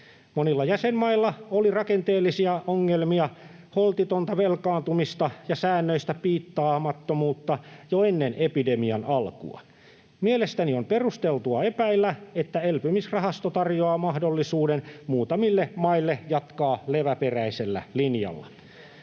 Monilla jäsenmailla oli rakenteellisia ongelmia, holtitonta velkaantumista ja säännöistä piittaamattomuutta jo ennen epidemian alkua. Mielestäni on perusteltua epäillä, että elpymisrahasto tarjoaa mahdollisuuden muutamille maille jatkaa leväperäisellä linjalla.